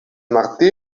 martí